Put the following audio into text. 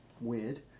weird